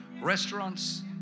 restaurants